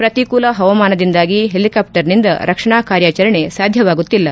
ಪ್ರತಿಕೂಲ ಹವಾಮಾನದಿಂದಾಗಿ ಹೆಲಿಕಾಫ್ಟರ್ನಿಂದ ರಕ್ಷಣಾ ಕಾರ್ಯಾಚರಣೆ ಸಾಧ್ಲವಾಗುತ್ತಿಲ್ಲ